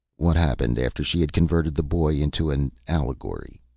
what happened after she had converted the boy into an allegory?